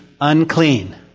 unclean